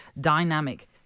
dynamic